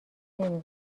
نمی